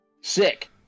sick